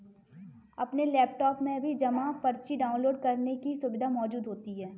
अपने लैपटाप में भी जमा पर्ची डाउनलोड करने की सुविधा मौजूद होती है